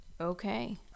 Okay